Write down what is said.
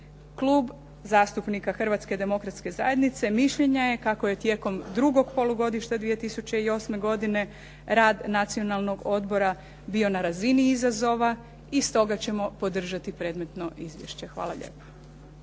klub zastupnika Hrvatske demokratske zajednice mišljenja je kako je tijekom drugog polugodišta 2008. godine rad Nacionalnog odbora bio na razini izazova i stoga ćemo podržati predmetno izvješće. Hvala lijepa.